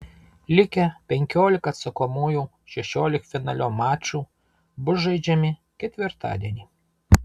likę penkiolika atsakomųjų šešioliktfinalio mačų bus žaidžiami ketvirtadienį